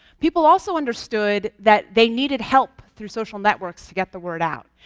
people also understood that they needed help through social networks to get the word out.